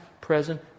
present